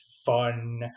fun